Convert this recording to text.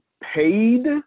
paid